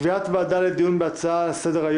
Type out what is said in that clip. בוודאי התייחסות.